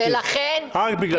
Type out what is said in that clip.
רק בגלל זה.